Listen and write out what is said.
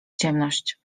ciemność